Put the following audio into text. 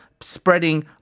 spreading